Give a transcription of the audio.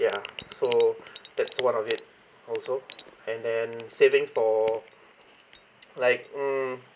ya so that's one of it also and then savings for like mm